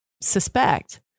suspect